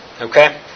Okay